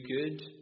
good